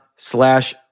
slash